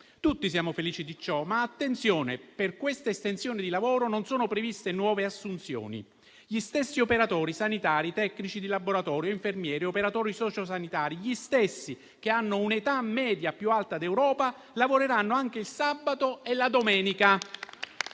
Tutti siamo felici di ciò, ma per questa estensione di lavoro non sono previste nuove assunzioni: gli stessi operatori sanitari, tecnici di laboratorio, infermieri e operatori sociosanitari, gli stessi che hanno l'età media più alta d'Europa lavoreranno anche il sabato e la domenica.